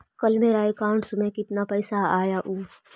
कल मेरा अकाउंटस में कितना पैसा आया ऊ?